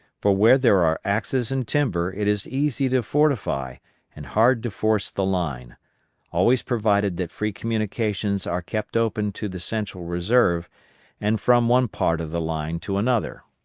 for where there are axes and timber it is easy to fortify and hard to force the line always provided that free communications are kept open to the central reserve and from one part of the line to another.